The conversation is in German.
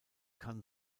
kann